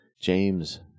James